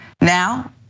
Now